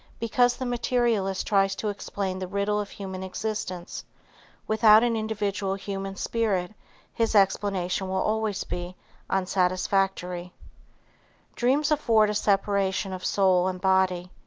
because the-materialist tries to explain the riddle of human existence without an individual human spirit his explanation will always be unsatisfactory. dreams afford a separation of soul and body.